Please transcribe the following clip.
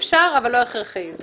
אפשר אבל לא הכרחי.